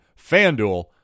Fanduel